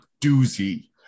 doozy